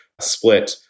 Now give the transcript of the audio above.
split